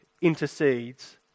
intercedes